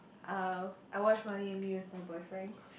uh I watch Marley and Me with my boyfriend